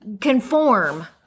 conform